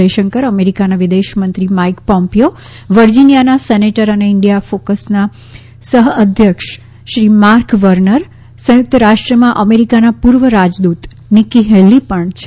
જયશંકર અમેરિકાના વિદેશ મંત્રી માઇક પોમ્પીયો વર્જિનિયાના સેનેટર અને ઈન્ડિયા કોકસના સહ અધ્યક્ષ શ્રી માર્ક વર્નર સંયુક્ત રાષ્ટ્રમાં અમેરિકાના પૂર્વ રાજદૂત નિક્કી હેલી પણ છે